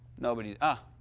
nobody? ah.